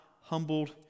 humbled